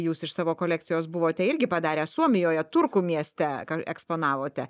jūs iš savo kolekcijos buvote irgi padarę suomijoje turkų mieste eksponavote